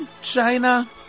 China